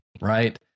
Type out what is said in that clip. Right